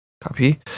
Copy